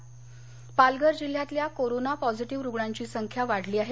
पालघर पालघर जिल्ह्यातल्या corona positive रुग्णांची संख्या वाढली आहे